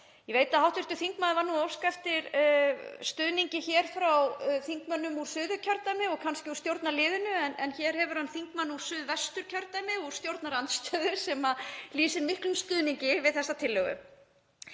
Ég veit að hv. þingmaður var nú að óska eftir stuðningi hér frá þingmönnum úr Suðurkjördæmi og kannski úr stjórnarliðinu en hér hefur hann þingmann úr Suðvesturkjördæmi úr stjórnarandstöðu sem lýsir miklum stuðningi við þessa tillögu.